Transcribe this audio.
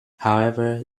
however